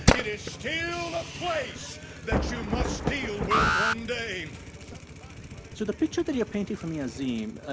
it is still a place that you must deal with one day so the picture that you're painting for me, azim,